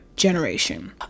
Generation